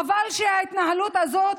חבל שההתנהלות הזאת,